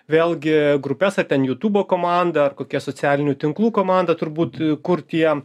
vėlgi grupes ar ten jutubo komanda ar kokia socialinių tinklų komanda turbūt kur tie